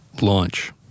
Launch